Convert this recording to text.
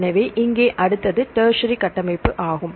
எனவே இங்கே அடுத்தது டெர்சரி கட்டமைப்பாகும்